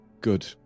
good